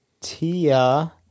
Tia